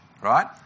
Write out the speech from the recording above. right